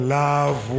love